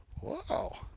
Wow